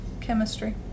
chemistry